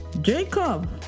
jacob